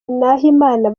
nahimana